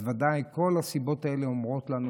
אז ודאי שכל הסיבות האלה אומרות לנו